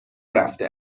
رفته